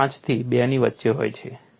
5 થી 2 ની વચ્ચે હોય છે